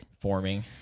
Forming